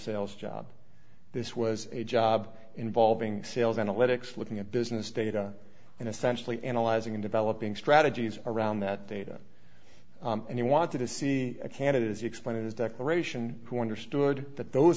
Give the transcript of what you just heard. sales job this was a job involving sales analytics looking at business data and essentially analyzing and developing strategies around that data and he wanted to see a candidate as he explained it as decoration who understood that those